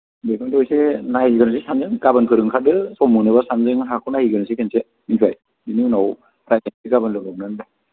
बेखौनो थ' एसे नायग्रोनि सानैजों गाबोनफोर ओंखारदो सम मोनोब्ला सानैजों हाखौ नायहैग्रोनोसै खेनसे मिन्थिबाय बिनि उनाव रायज्लायसै गाबोन लोगो हमना